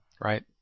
right